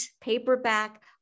paperback